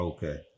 Okay